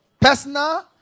personal